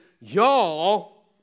y'all